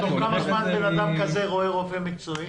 כל כמה זמן אדם כזה רואה רופא מקצועי?